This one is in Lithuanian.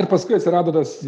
ir paskui atsirado tas